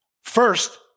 First